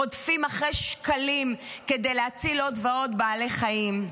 רודפות אחרי שקלים כדי להציל עוד ועוד בעלי חיים.